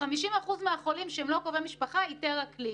50% מהחולים שהם לא קרובי משפחה איתר הכלי.